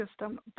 system